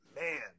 man